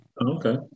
Okay